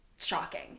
Shocking